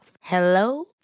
Hello